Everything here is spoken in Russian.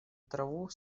траву